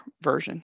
version